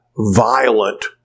violent